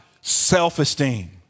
Self-Esteem